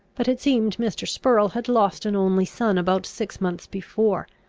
but it seemed mr. spurrel had lost an only son about six months before,